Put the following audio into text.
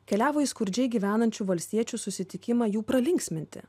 keliavo į skurdžiai gyvenančių valstiečių susitikimą jų pralinksminti